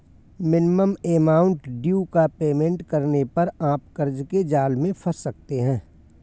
minimum amount due का payment करने पर आप कर्ज के जाल में फंस सकते हैं